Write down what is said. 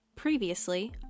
previously